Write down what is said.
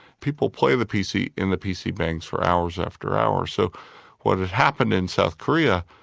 people play the pc in the pc bangs for hours after hours. so what had happened in south korea,